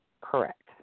Correct